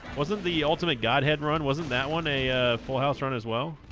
wasn't the ultimate godhead run wasn't that one a full house run as well